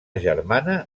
germana